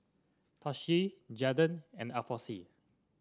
Tishie Jaden and Alfonse